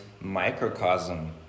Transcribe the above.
microcosm